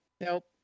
Nope